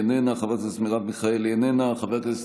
מוותר, חבר הכנסת